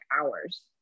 hours